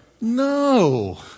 No